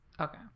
okay